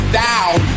down